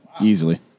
Easily